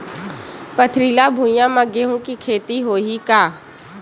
पथरिला भुइयां म गेहूं के खेती होही का?